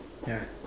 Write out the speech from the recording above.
yeah